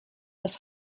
bis